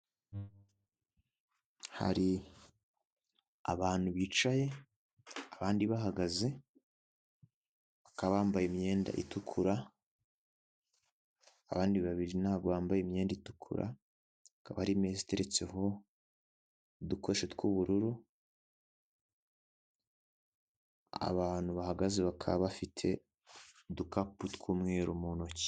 Hari abantu bicaye abandi bahagaze bakaba bambaye imyenda itukura abandi babiri ntabwo bambaye imyenda itukura, hakaba hari imeza iteretseho udukoresho tw'ubururu, abantu bahagaze bakaba bafite udukapu tw'umweru mu ntoki.